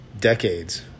decades